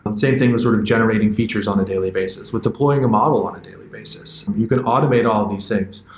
same thing with sort of generating features on a daily basis, with deploying a model on a daily basis. you can automate all of these things.